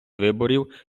виборів